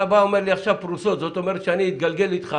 אתה אומר לי עכשיו פרוסות וזה אומר שאני אתגלגל אתך